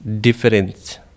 difference